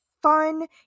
fun